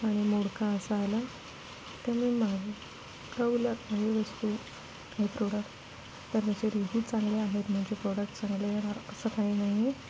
आणि मोडका असा आला तर मी वस्तू हे प्रोडक्ट तर असे रिव्यू चांगले आहेत म्हणजे प्रोडक्ट चांगले येणार असं काही नाही आहे